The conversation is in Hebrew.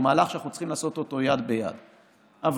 הוא